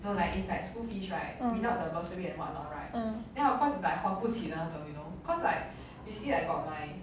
mm mm